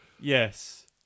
yes